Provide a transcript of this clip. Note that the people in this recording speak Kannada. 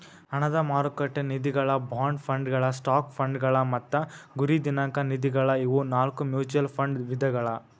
ಹಣದ ಮಾರುಕಟ್ಟೆ ನಿಧಿಗಳ ಬಾಂಡ್ ಫಂಡ್ಗಳ ಸ್ಟಾಕ್ ಫಂಡ್ಗಳ ಮತ್ತ ಗುರಿ ದಿನಾಂಕ ನಿಧಿಗಳ ಇವು ನಾಕು ಮ್ಯೂಚುಯಲ್ ಫಂಡ್ ವಿಧಗಳ